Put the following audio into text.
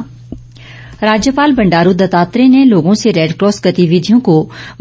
राज्यपाल राज्यपाल बंडारू दत्तात्रेय ने लोगों से रैडक्रॉस गतिविधियों को